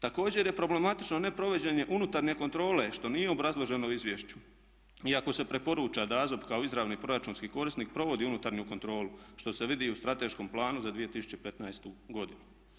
Također je problematično ne provođenje unutarnje kontrole što nije obrazloženo u izvješću iako se preporuča da AZOP kao izravni proračunski korisnik provodi unutarnju kontrolu što se vidi i u strateškom planu za 2015.godinu.